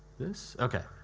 this. okay.